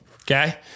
okay